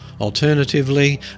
Alternatively